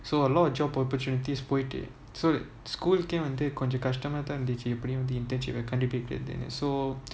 so a lot of job opportunities போயிடு:poyidu so school came போயிடுவந்துகொஞ்சம்கஷ்டமாதான்இருந்துச்சு:poyidu vanthu konjam kastama thaan irunthuchu internship கண்டுபிடிக்கிறதுனு so